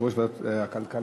יושב-ראש ועדת הכלכלה,